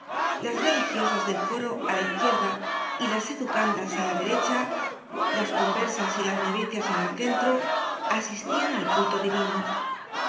las religiosas del coro á la izquierda y las educan das á la derecha las conversas y las novicias en el centro asistian al culto divino